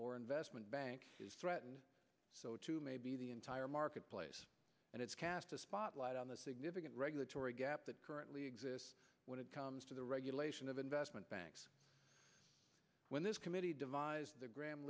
or investment bank is threatened so to maybe the entire marketplace and it's cast a spotlight on the significant regulatory gap that currently exists when it comes to the regulation of investment banks when this committee devised the gram